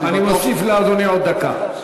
אני מוסיף לאדוני עוד דקה.